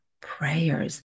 prayers